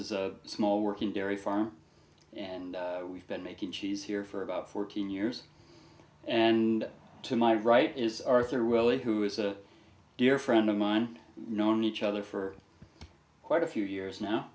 is a small working dairy farm and we've been making cheese here for about fourteen years and to my right is arthur willey who is a dear friend of mine known each other for quite a few years now